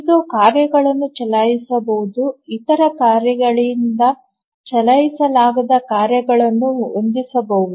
ಇದು ಕಾರ್ಯಗಳನ್ನು ಚಲಾಯಿಸಬಹುದು ಇತರ ಕ್ರಮಾವಳಿಗಳಿಂದ ಚಲಾಯಿಸಲಾಗದ ಕಾರ್ಯಗಳನ್ನು ಹೊಂದಿಸಬಹುದು